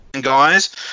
guys